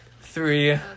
Three